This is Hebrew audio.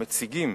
המציגים